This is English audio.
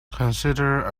consider